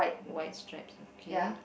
white stripes okay